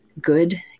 good